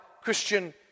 Christian